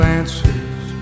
answers